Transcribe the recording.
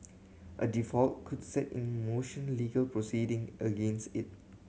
a default could set in motion legal proceeding against it